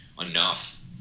enough